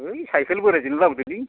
ओइ साइकेल बोरायजोंनो लाबोदोलै